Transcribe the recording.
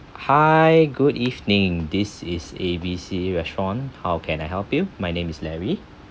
hi good evening this is A_B_C restaurant how can I help you my name is larry